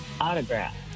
Autograph